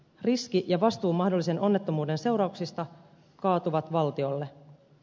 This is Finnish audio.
riski ja vastuu mahdollisen onnettomuuden seurauksista kaatuvat valtiolle